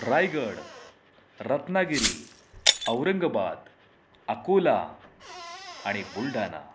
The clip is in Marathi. रायगड रत्नागिरी औरंगबात अकोला आणि बुलढाना